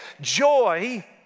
Joy